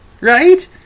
Right